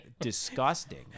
disgusting